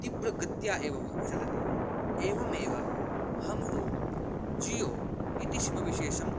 तीव्रगत्या एव भव् चलति एवमेव अहं तु जियो इति शिम विशेषम्